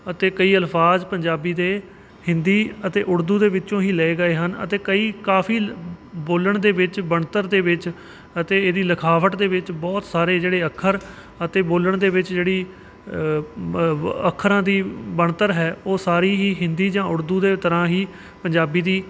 ਅਤੇ ਕਈ ਅਲਫਾਜ਼ ਪੰਜਾਬੀ ਦੇ ਹਿੰਦੀ ਅਤੇ ਉੜਦੂ ਦੇ ਵਿੱਚੋਂ ਹੀ ਲਏ ਗਏ ਹਨ ਅਤੇ ਕਈ ਕਾਫ਼ੀ ਬੋਲਣ ਦੇ ਵਿੱਚ ਬਣਤਰ ਦੇ ਵਿੱਚ ਅਤੇ ਇਹਦੀ ਲਿਖਾਵਟ ਦੇ ਵਿੱਚ ਬਹੁਤ ਸਾਰੇ ਜਿਹੜੇ ਅੱਖਰ ਅਤੇ ਬੋਲਣ ਦੇ ਵਿੱਚ ਜਿਹੜੀ ਅੱਖਰਾਂ ਦੀ ਬਣਤਰ ਹੈ ਉਹ ਸਾਰੀ ਹੀ ਹਿੰਦੀ ਜਾਂ ਉੜਦੂ ਦੇ ਤਰ੍ਹਾਂ ਹੀ ਪੰਜਾਬੀ ਦੀ